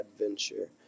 adventure